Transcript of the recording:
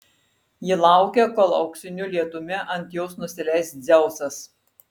ji laukia kol auksiniu lietumi ant jos nusileis dzeusas